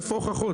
איפה ההוכחות?